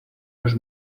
los